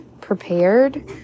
prepared